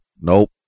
Nope